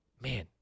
man